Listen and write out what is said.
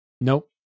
Nope